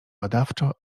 badawczo